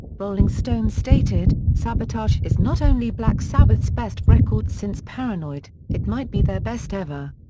rolling stone stated, sabotage is not only black sabbath's best record since paranoid, it might be their best ever.